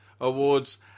awards